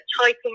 typing